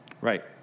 Right